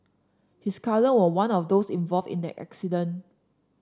his cousin was one of those involved in that incident